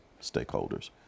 stakeholders